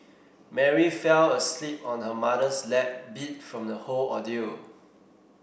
Mary fell asleep on her mother's lap beat from the whole ordeal